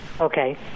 Okay